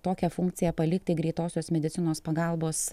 tokią funkciją palikti greitosios medicinos pagalbos